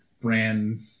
brand